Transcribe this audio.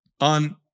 on